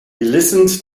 listened